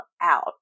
out